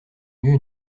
mieux